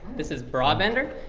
this is broad vendor.